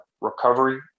recovery